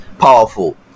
powerful